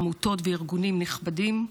עמותות וארגונים נכבדים,